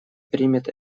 примет